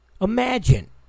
imagine